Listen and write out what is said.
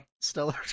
Stellar